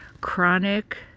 Chronic